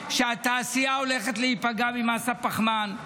שהתעשייה הולכת להיפגע ממס הפחמן,